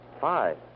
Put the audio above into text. Five